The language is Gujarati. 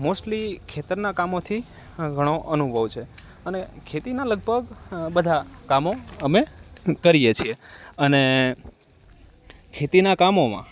મોસ્ટલી ખેતરના કામોથી ઘણો અનુભવ છે અને ખેતીના લગભગ બધાં કામો અમે કરીએ છીએ અને ખેતીના કામોમાં